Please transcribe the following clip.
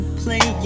play